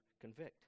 convict